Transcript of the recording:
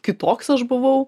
kitoks aš buvau